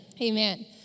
Amen